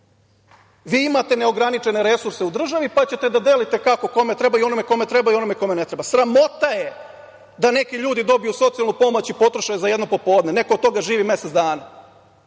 vi imate neograničene resurse u državi pa ćete da delite kako kome treba i onome kome treba i onome kome ne treba. Sramota je da neki ljudi dobiju socijalnu pomoć i potroše je za jedno popodne. Neko od toga živi mesec dana. Mi